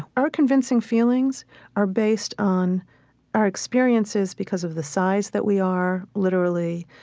our convincing feelings are based on our experiences because of the size that we are, literally,